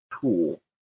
tool